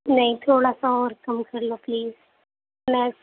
نہیں تھوڑا سا اور کم کر لو پلیز میم